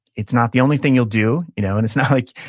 it's not the only thing you'll do, you know and it's not like,